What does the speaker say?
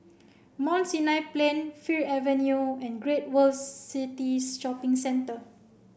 Mount Sinai Plain Fir Avenue and Great World City Shopping Centre